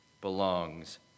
belongs